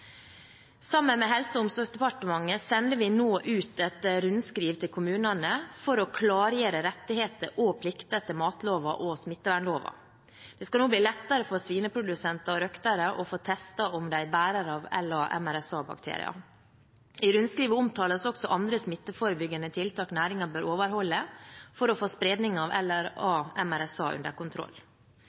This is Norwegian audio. Sammen med Helse- og omsorgsdepartementet sender vi nå ut et rundskriv til kommunene for å klargjøre rettigheter og plikter etter matloven og smittevernloven. Det skal nå bli lettere for svineprodusenter og røktere å få testet om de er bærere av LA-MRSA-bakterier. I rundskrivet omtales også andre smitteforebyggende tiltak næringen bør overholde for å få spredningen av LA-MRSA under kontroll.